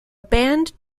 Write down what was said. band